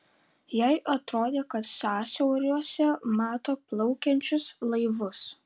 jai atrodė kad sąsiauriuose mato plaukiančius laivus